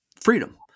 freedom